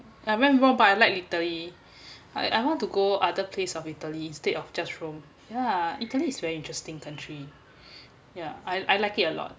I like rome but I like italy I I want to go other place of italy instead of just rome ya italy is very interesting country yeah I like it a lot